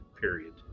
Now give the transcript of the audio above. period